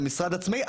זה משרד עצמאי,